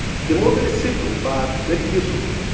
the model is simple, but very useful.